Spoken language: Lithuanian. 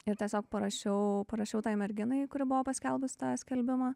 ir tiesiog parašiau parašiau tai merginai kuri buvo paskelbus tą skelbimą